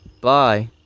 Bye